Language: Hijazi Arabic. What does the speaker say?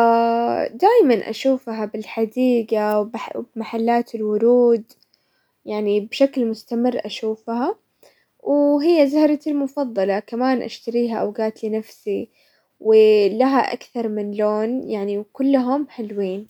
دايما اشوفها بالحديقة وبمحلات الورود يعني بشكل مستمر اشوفها، وهي زهرة المفضلة، كمان اشتريها اوقات لنفسي ولها اكثر من لون يعني وكلهم حلوين.